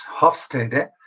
Hofstede